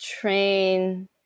train